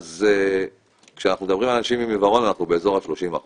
אז כשאנחנו מדברים על אנשים עם עיוורון אנחנו באזור ה-30%